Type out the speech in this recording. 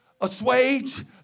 assuage